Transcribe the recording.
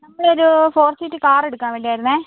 നമ്മൾ ഒരു four seat car എടുക്കാൻ വേണ്ടിയായിരുന്നേ